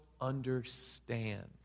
understand